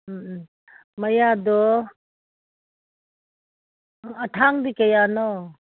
ꯎꯝ ꯎꯝ ꯃꯌꯥꯗꯣ ꯊꯥꯡꯗꯤ ꯀꯌꯥꯅꯣ